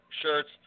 shirts